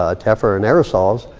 ah tephra and aerosols,